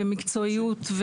במקצועיות,